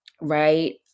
right